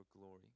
glory